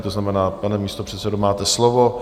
To znamená, pane místopředsedo, máte slovo.